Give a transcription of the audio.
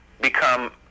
become